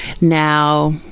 Now